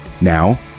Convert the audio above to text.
Now